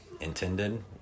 intended